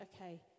okay